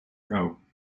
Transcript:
kou